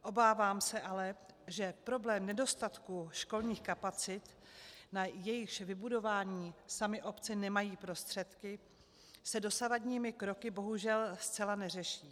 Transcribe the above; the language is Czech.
Obávám se ale, že problém nedostatku školních kapacit, na jejichž vybudování samy obce nemají prostředky, se dosavadními kroky bohužel zcela neřeší.